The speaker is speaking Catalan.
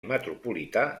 metropolità